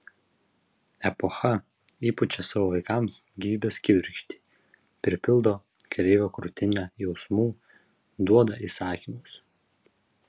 epocha įpučia savo vaikams gyvybės kibirkštį pripildo kareivio krūtinę jausmų duoda įsakymus